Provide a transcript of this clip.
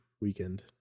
weekend